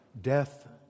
death